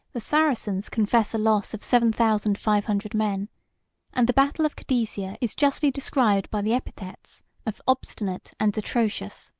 the saracens confess a loss of seven thousand five hundred men and the battle of cadesia is justly described by the epithets of obstinate and atrocious.